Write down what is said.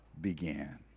began